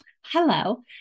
Hello